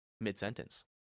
mid-sentence